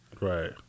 right